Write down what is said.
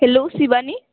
hello Shivani